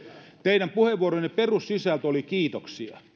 teidän puheenvuoronne perussisältö oli kiitoksia